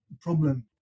problem